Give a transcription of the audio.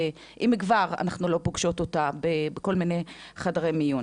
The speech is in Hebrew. אם כבר אנחנו לא פוגשות אותה בכל מיני חדרי מיון.